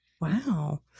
wow